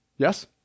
Yes